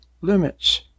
limits